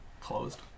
closed